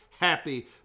happy